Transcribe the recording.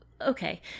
okay